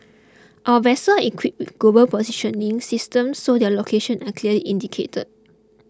our vessel equipped with global positioning systems so their locations are clearly indicated